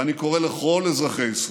ואני קורא לכל אזרחי ישראל: